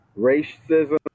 racism